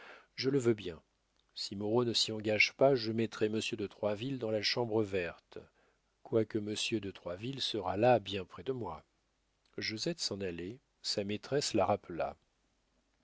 je le veux bien si moreau ne s'y engage pas je mettrai monsieur de troisville dans la chambre verte quoique monsieur de troisville sera là bien près de moi josette s'en allait sa maîtresse la rappela